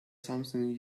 something